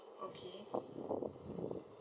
okay